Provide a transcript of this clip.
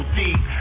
deep